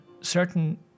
certain